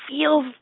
feels